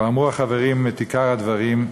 כבר אמרו החברים את עיקר הדברים,